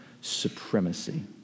supremacy